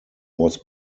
was